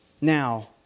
Now